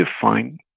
define